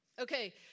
Okay